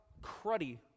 cruddy